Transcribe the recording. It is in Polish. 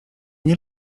nie